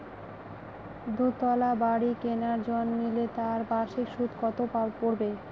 দুতলা বাড়ী কেনার ঋণ নিলে তার বার্ষিক সুদ কত পড়বে?